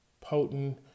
potent